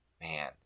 man